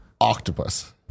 octopus